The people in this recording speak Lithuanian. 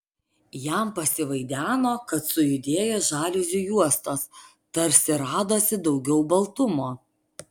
jam pasivaideno kad sujudėjo žaliuzių juostos tarsi radosi daugiau baltumo